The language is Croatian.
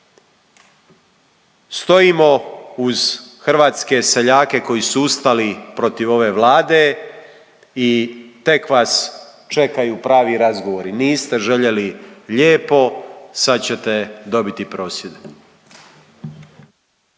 Stojimo uz hrvatske seljake koji su ustali protiv ove Vlade i tek vas čekaju pravi razgovori, niste željeli lijepo, sad ćete dobiti prosvjede.